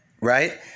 right